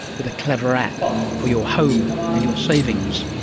with a clever app for your home and your savings.